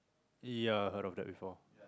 ya heard of that before